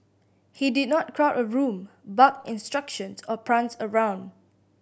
he did not crowd a room bark instructions or prance around